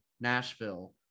Nashville